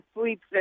sleeps